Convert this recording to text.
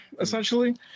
essentially